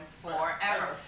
forever